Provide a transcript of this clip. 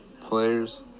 Players